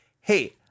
hey